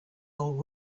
old